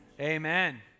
amen